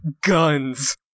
guns